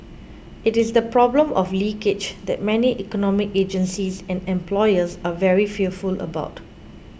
it is the problem of 'leakage' that many economic agencies and employers are very fearful about